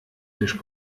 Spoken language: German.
tisch